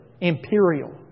imperial